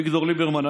אביגדור ליברמן,